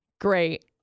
great